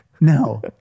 No